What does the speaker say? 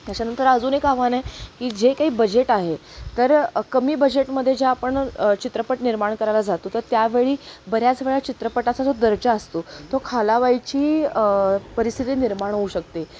त्याच्यानंतर अजून एक आव्हान आहे की जे काही बजेट आहे तर कमी बजेटमध्ये जे आपण चित्रपट निर्माण करायला जातो तर त्यावेळी बऱ्याच वेळा चित्रपटाचा जो दर्जा असतो तो खालावायची परिस्थिती निर्माण होऊ शकते